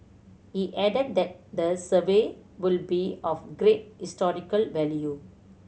he added that the survey would be of great historical value